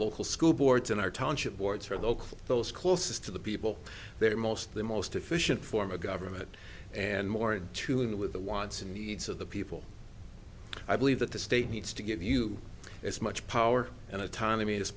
local school boards and our township boards are local those closest to the people that are most the most efficient form of government and more in tune with the wants and needs of the people i believe that the state needs to give you as much power and autonomy as